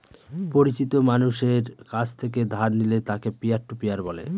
পরিচিত মানষের কাছ থেকে ধার নিলে তাকে পিয়ার টু পিয়ার বলে